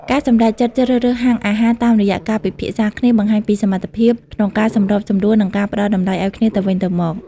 ការសម្រេចចិត្តជ្រើសរើសហាងអាហារតាមរយៈការពិភាក្សាគ្នា បង្ហាញពីសមត្ថភាពក្នុងការសម្របសម្រួល និងការផ្ដល់តម្លៃឱ្យគ្នាទៅវិញទៅមក។